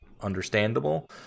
understandable